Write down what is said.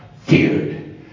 feared